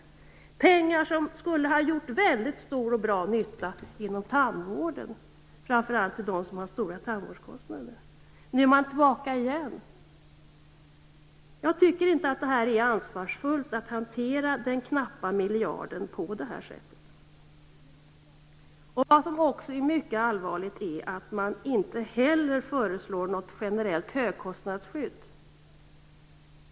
Det var pengar som skulle ha gjort väldigt stor och bra nytta inom tandvården, framför allt för dem som har stora tandvårdskostnader. Nu är man tillbaka igen. Jag tycker inte att det är ansvarsfullt att hantera den knappa miljarden på det här sättet. Vad som också är mycket allvarligt är att man inte heller föreslår något generellt högkostnadsskydd.